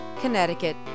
Connecticut